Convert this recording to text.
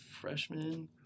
freshman